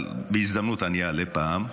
אבל בהזדמנות אני אעלה פעם.